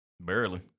barely